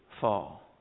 fall